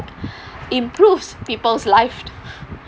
improved people's life